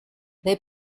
they